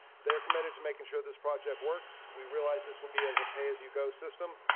they're committed to making sure this project works. we realize this will be as a pay as you go system.